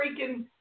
freaking